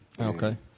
Okay